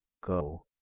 go